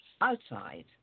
outside